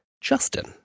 Justin